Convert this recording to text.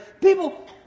People